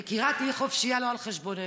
יקירה, תהיי חופשייה, לא על חשבוננו.